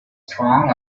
strong